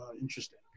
interesting